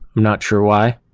i'm not sure why.